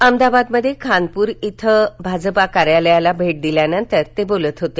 अहमदाबादमध्ये खानपूर श्रिल्या भाजपा कार्यालयाला भेट दिल्यानंतर ते बोलत होते